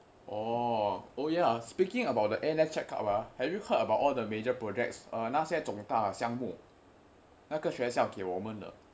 orh oh ya speaking about the N_S check up ah have you heard about all the major projects uh 那些重大项目学校给我们的